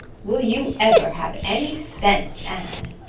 will you ever have any sense, anne?